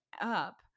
up